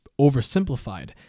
oversimplified